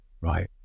Right